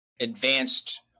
advanced